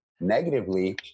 negatively